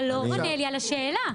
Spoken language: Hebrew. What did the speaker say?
אתה לא עונה לי על השאלה.